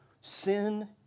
Sin